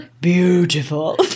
beautiful